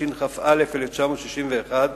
התשכ"א 1961,